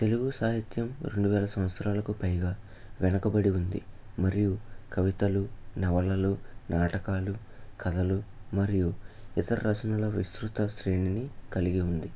తెలుగు సాహిత్యం రెండువేల సంవత్సరాలకు పైగా వెనకబడి ఉంది మరియు కవితలు నవలలు నాటకాలు కథలు మరియు ఇతర రచనల విస్తృత శ్రేణిని కలిగి ఉంది